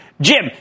Jim